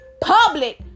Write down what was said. public